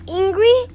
angry